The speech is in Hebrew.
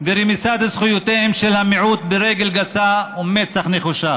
ורמיסת זכויותיהם של המיעוט ברגל גסה ומצח נחושה.